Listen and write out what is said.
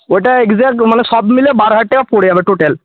ওটা এক্সাট মানে সব মিলে বারো হাজার টাকা পরে যাবে টোটাল